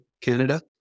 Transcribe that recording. Canada